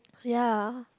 ya